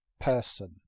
person